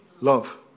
Love